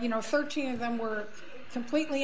you know thirteen of them were completely